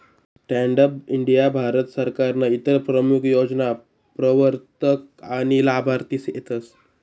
stand up India Bharat सरकारनं इतर प्रमूख योजना प्रवरतक आनी लाभार्थी सेतस